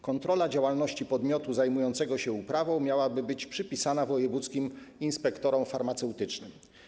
Kontrola działalności podmiotu zajmującego się uprawą miałaby być przypisana wojewódzkim inspektorom farmaceutycznym.